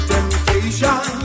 Temptation